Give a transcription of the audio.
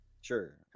Sure